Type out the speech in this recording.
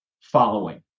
following